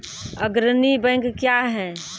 अग्रणी बैंक क्या हैं?